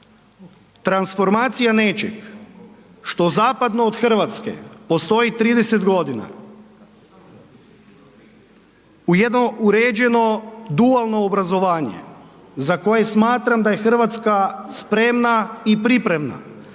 transformacija nečeg što zapadno od Hrvatske postoji 30 godina u jedno uređeno dualno obrazovanje za koje smatram da je Hrvatska spremna i priprema,